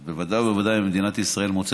אז ודאי וודאי אם מדינת ישראל מוצאת